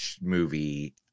movie